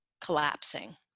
collapsing